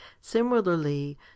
Similarly